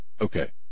okay